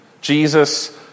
Jesus